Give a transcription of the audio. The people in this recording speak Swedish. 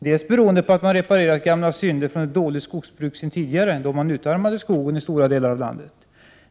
Det beror på att man reparerat efter synder med ett dåligt skogsbruk tidigare, då man utarmade skogen i stora delar av landet.